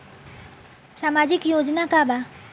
सामाजिक योजना का बा?